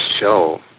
show